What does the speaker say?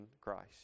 Christ